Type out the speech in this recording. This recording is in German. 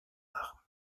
nach